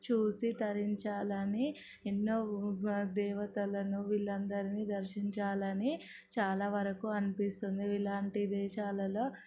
చూసి తరించాలని ఎన్నో దేవతలను వీళ్ళందరినీ దర్శించాలని చాలావరకు అనిపిస్తుంది ఇలాంటి దేశాలలో